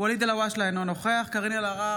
אמיר אוחנה,